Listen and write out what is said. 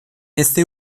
este